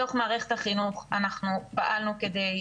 בתוך מערכת החינוך אנחנו פעלנו כדי